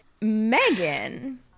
Megan